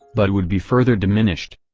but would be further diminished.